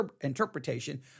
interpretation